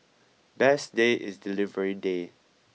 best day is delivery day